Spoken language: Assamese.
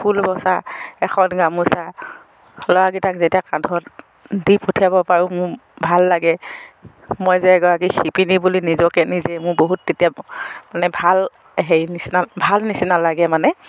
ফুল বচা এখন গামোচা ল'ৰা কেইটাৰ কান্ধত যেতিয়া দি পঠিয়াব পাৰোঁ মোৰ ভাল লাগে মই যে এগৰাকী শিপিনী বুলি নিজকে নিজে মোৰ বহুত তেতিয়া মানে ভাল হেৰি নিচিনা ভাল নিচিনা লাগে মানে